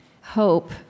hope